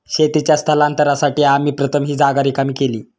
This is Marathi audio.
शेतीच्या स्थलांतरासाठी आम्ही प्रथम ही जागा रिकामी केली